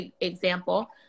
example